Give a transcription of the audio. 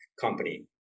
company